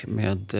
med